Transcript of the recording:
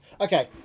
Okay